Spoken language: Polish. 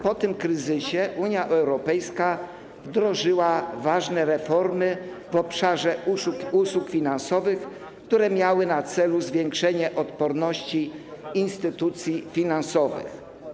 Po tym kryzysie Unia Europejska wdrożyła ważne reformy w obszarze usług finansowych, które miały na celu zwiększenie odporności instytucji finansowych.